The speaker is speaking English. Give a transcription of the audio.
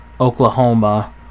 Oklahoma